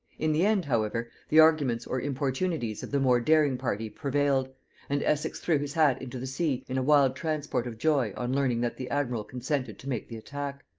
in the end, however, the arguments or importunities of the more daring party prevailed and essex threw his hat into the sea in a wild transport of joy on learning that the admiral consented to make the attack.